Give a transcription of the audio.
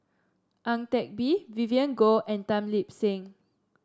Ang Teck Bee Vivien Goh and Tan Lip Seng